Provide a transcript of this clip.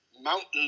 Mountain